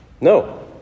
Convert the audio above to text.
No